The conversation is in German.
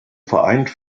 vereint